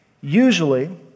usually